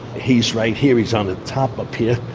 he's right here, he's on the top up here.